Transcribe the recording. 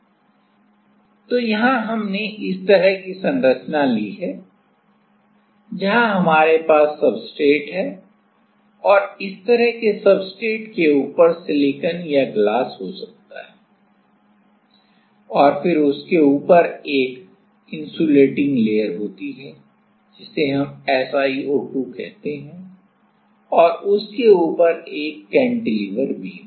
तो तो यहां हमने इस तरह की संरचना ली है जहां हमारे पास सब्सट्रेट है और इस तरह के सब्सट्रेट के ऊपर सिलिकॉन या ग्लास हो सकता है और फिर उसके ऊपर एक इंसुलेटिंग परत होती है जिसे हम SiO2 कहते हैं और उसके ऊपर एक कैंटिलीवर बीम है